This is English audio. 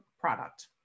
product